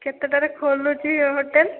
କେତେଟାରେ ଖୋଲୁଛି ହୋଟେଲ୍